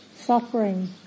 suffering